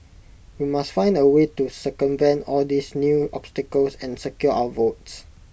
we must find A way to circumvent all these new obstacles and secure our votes